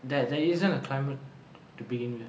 there there isn't a climate to begin with